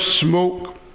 smoke